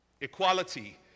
Equality